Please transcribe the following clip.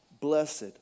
Blessed